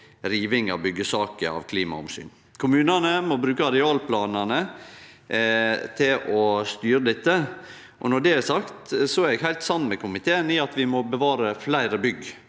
riving i byggjesaker av klimaomsyn. Kommunane må bruke arealplanane til å styre dette, og når det er sagt, er eg heilt samd med komiteen i at vi må bevare fleire bygg.